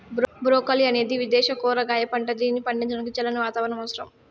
broccoli అనేది విదేశ కూరగాయ పంట, దీనిని పండించడానికి చల్లని వాతావరణం అవసరం